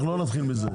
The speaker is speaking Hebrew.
אנחנו לא נתחיל מזה.